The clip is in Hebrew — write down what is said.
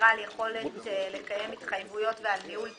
שמירה על יכולת לקיים התחייבויות ועל ניהול תקין.